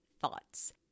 Thoughts